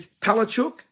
Palachuk